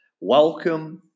welcome